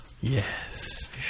Yes